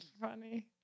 funny